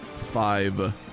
five